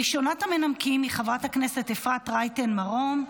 ראשונת המנמקים היא חברת הכנסת אפרת רייטן מרום.